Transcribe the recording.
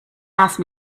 asked